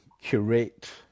curate